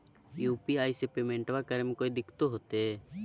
UPI से पेमेंटबा करे मे कोइ दिकतो होते?